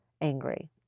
angry